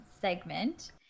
segment